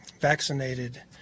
vaccinated